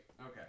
Okay